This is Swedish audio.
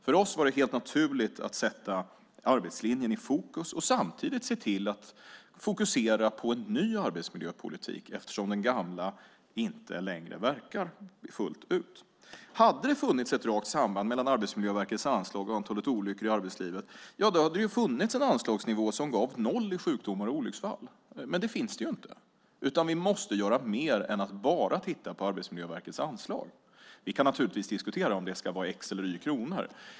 För oss var det helt naturligt att sätta arbetslinjen i fokus och samtidigt se till att fokusera på en ny arbetsmiljöpolitik eftersom den gamla inte längre verkar fullt ut. Om det hade funnits ett rakt samband mellan Arbetsmiljöverkets anslag och antalet olyckor i arbetslivet hade det ju funnits en anslagsnivå som gav noll i sjukdomar och olycksfall. Men det finns det inte. Vi måste göra mer än bara titta på Arbetsmiljöverkets anslag. Vi kan naturligtvis diskutera om det ska vara si eller så många kronor.